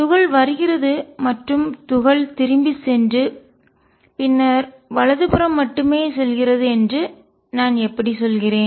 துகள் வருகிறது மற்றும் துகள் திரும்பிச் சென்று பின்னர் வலதுபுறம் மட்டுமே செல்கிறது என்று நான் எப்படி சொல்கிறேன்